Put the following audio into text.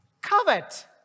covet